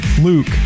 Luke